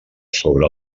sobre